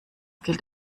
gilt